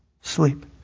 sleep